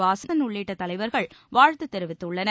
வாசன் உள்ளிட்ட தலைவர்கள் வாழ்த்து தெரிவித்துள்ளனர்